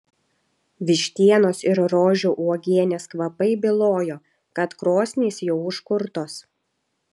vištienos ir rožių uogienės kvapai bylojo kad krosnys jau užkurtos